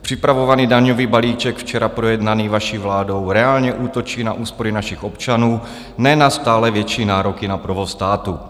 Připravovaný daňový balíček, včera projednaný vaší vládou, reálně útočí na úspory našich občanů, ne na stále větší nároky na provoz státu.